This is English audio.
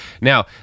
Now